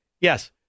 Yes